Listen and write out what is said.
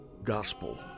gospel